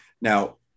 Now